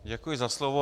Děkuji za slovo.